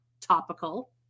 topical